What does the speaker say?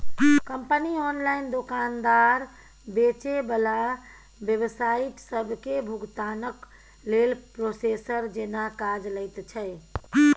company online दोकानदार, बेचे बला वेबसाइट सबके भुगतानक लेल प्रोसेसर जेना काज लैत छै